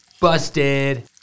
busted